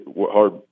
hard